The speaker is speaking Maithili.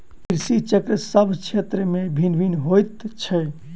कृषि चक्र सभ क्षेत्र मे भिन्न भिन्न होइत छै